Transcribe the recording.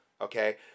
okay